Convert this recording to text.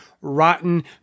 rotten